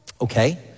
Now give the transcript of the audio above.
okay